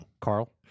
Carl